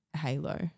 halo